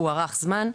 ארך זמן.